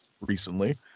recently